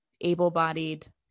able-bodied